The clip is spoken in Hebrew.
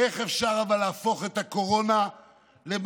אבל איך אפשר להפוך את הקורונה למאבק